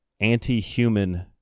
anti-human